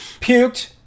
Puked